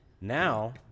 Now